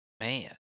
Man